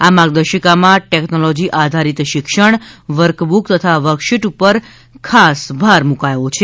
આ માર્ગદર્શિકામાં ટેકનોલોજી આધારિત શિક્ષણ વર્કબુક તથા વર્કશીટ ઉપર ખાસ ભાર મૂકાયો છે